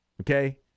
Okay